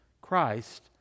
Christ